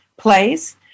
plays